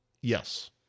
Yes